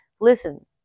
Listen